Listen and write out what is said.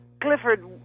Clifford